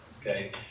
okay